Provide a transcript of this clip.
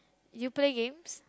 you play games